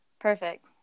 Perfect